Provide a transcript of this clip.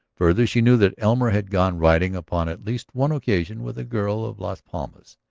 further, she knew that elmer had gone riding upon at least one occasion with a girl of las palmas,